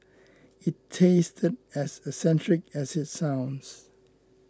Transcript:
it tasted as eccentric as it sounds